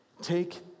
Take